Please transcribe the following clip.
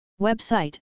Website